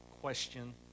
question